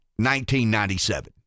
1997